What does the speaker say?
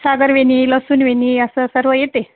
सागर वेणी लसूण वेणी असं सर्व येते